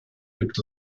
gibt